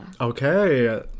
Okay